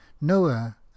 Noah